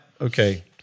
okay